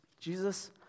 Jesus